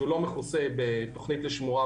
שהוא לא מכוסה בתכנית לשמורה,